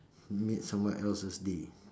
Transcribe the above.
made someone else's day